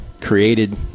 created